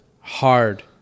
hard